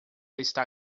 está